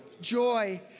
joy